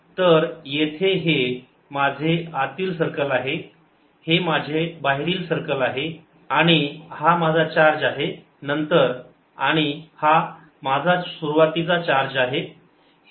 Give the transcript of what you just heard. तर येथे हे माझे आतील सर्कल आहे हे माझे बाहेरील सर्कल आहे आणि हा माझा चार्ज आहे नंतर आणि हा माझा सुरुवातीचा चार्ज आहे